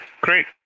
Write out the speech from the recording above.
Great